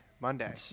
Monday